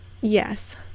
yes